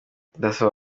ndasaba